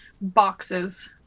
boxes